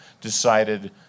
decided